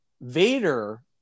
Vader